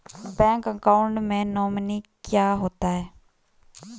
Bank account में nominee क्या होता है?